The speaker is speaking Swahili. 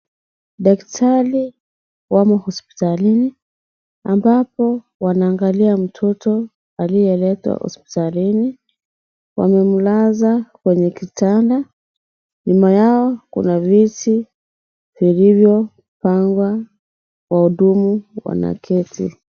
Daktari wamo hospitalini ambapo wanaangalia mtoto aliyeletwa hospitalini, wamemlaza kwenye kitanda. Nyuma yao kuna viti vilivyopangwa wahudumu wanaketi.